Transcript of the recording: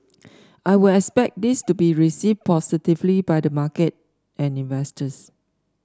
I will expect this to be received positively by the market and investors